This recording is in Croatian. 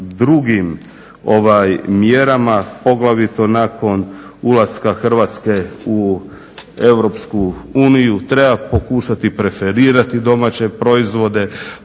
drugim mjerama, poglavito nakon ulaska Hrvatske u EU. Treba pokušati preferirati domaće proizvode.